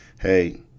hey –